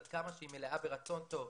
עד כמה שהיא מלאה ברצון טוב,